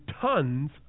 tons